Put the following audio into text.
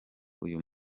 uyu